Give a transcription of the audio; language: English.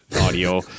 audio